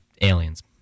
aliens